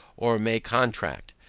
or may contract.